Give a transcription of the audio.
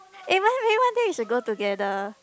eh maybe one day we should go together